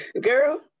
Girl